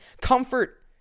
Comfort